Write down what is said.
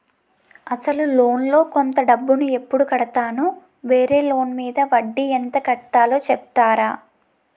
అసలు లోన్ లో కొంత డబ్బు ను ఎప్పుడు కడతాను? వేరే లోన్ మీద వడ్డీ ఎంత కట్తలో చెప్తారా?